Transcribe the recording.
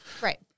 right